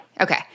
Okay